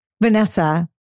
Vanessa